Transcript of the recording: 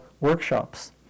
workshops